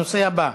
הנושא הבא: